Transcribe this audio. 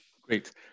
Great